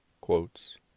quotes